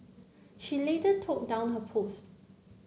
she later took down her post